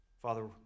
Father